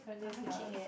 but haven't keep yet